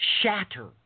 shatter